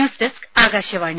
news desk Akashvani